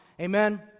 Amen